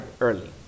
early